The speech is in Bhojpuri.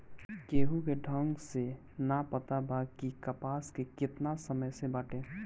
केहू के ढंग से ना पता बा कि कपास केतना समय से बाटे